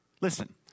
Listen